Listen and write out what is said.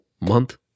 month